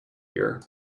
here